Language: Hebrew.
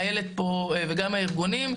את איילת וגם את הארגונים,